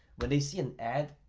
when they see an ad,